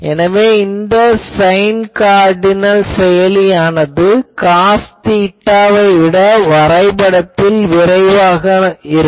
எனவே இந்த sine cardinal செயலியானது காஸ் தீட்டாவை விட வரைபடத்தில் விரைவாக இருக்கும்